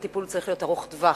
הטיפול צריך להיות ארוך-טווח.